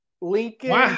Lincoln